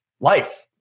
life